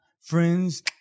friends